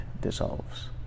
dissolves